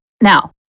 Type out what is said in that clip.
Now